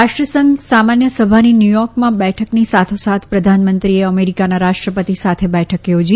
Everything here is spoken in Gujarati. રાષ્ટ્રસંઘ સામાન્ય સભાની ન્યુચોર્કમાં બેઠકની સાથોસાથ પ્રધાનમંત્રીએ અમેરીકાના રાષ્ટ્રપતિ સાથે બેઠક યોજી